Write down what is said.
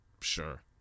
sure